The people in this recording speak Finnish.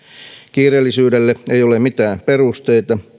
kiireellisyydelle ei ole mitään perusteita